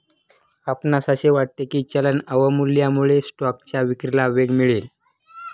आपणास असे वाटते की चलन अवमूल्यनामुळे स्टॉकच्या विक्रीला वेग मिळेल?